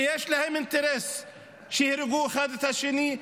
כי יש להם אינטרס שיהרגו אחד את השני,